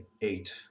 eight